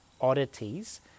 oddities